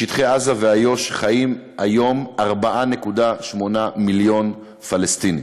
בשטחי עזה ואיו"ש חיים היום 4.8 מיליון פלסטינים.